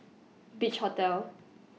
Beach Hotel